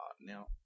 Now